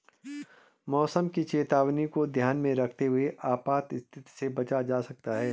मौसम की चेतावनी को ध्यान में रखते हुए आपात स्थिति से बचा जा सकता है